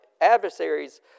adversaries